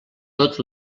tot